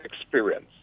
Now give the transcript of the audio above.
experience